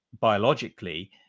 biologically